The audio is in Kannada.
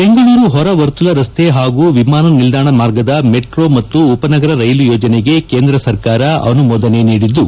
ಬೆಂಗಳೂರಿನ ಹೊರ ವರ್ತುಲ ರಸ್ತೆ ಹಾಗೂ ವಿಮಾನ ನಿಲ್ದಾಣ ಮಾರ್ಗದ ಮೆಟ್ರೋ ಮತ್ತು ಉಪ ನಗರ ಕೈಲು ಯೋಜನೆಗೆ ಕೇಂದ್ರ ಸರ್ಕಾರ ಅನುಮೋದನೆ ನೀಡಿದ್ದು